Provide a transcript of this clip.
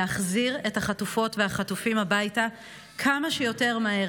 להחזיר את החטופות והחטופים הביתה כמה שיותר מהר.